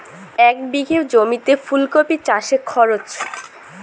এক বিঘে জমিতে ফুলকপি চাষে খরচ?